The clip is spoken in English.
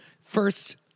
first